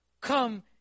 come